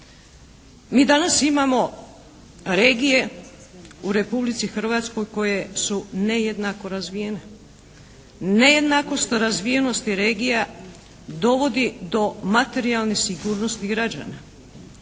Mi danas imamo regije u Republici Hrvatskoj koje su nejednako razvijene. …/Govornik se ne razumije./… razvijenosti regija dovodi do materijalne sigurnosti građana.